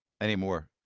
anymore